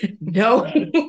no